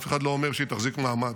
אף אחד לא אומר שהיא תחזיק מעמד.